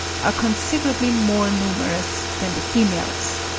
are considerably more numerous than the females.